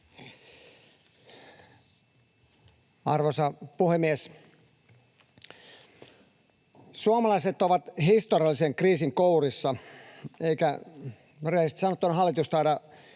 Arvoisa puhemies! Suomalaiset ovat historiallisen kriisin kourissa, ja rehellisesti sanottuna hallitus ei